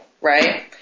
Right